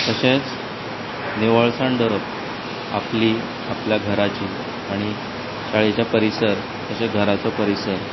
तशेंच निवळसाण दवरप आपली आपल्या घराची आनी शाळेचो परिसर तशें घराचो परिसर